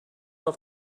off